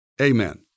amen